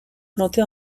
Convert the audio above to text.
planté